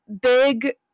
Big